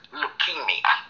leukemia